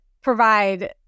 provide